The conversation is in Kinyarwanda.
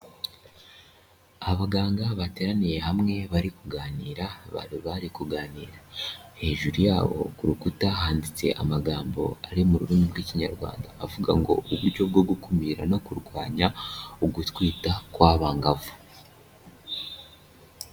Abaganga bateraniye hamwe bari kuganira, hejuru yabo ku rukuta handitse amagambo ari mu rurimi rw'ikinyarwanda. Avuga ngo, uburyo bwo gukumira no kurwanya ugutwita kw'abangavu.